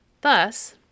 Thus